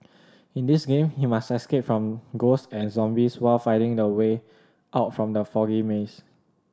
in this game you must escape from ghosts and zombies while finding the way out from the foggy maze